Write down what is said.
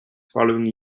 following